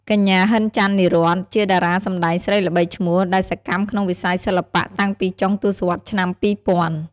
កញ្ញា ហិន ចាន់នីរ័ត្ន ជាតារាសម្តែងស្រីល្បីឈ្មោះ ដែលសកម្មក្នុងវិស័យសិល្បៈតាំងពីចុងទសវត្សរ៍ឆ្នាំ ២០០០។